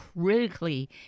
critically